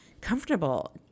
comfortable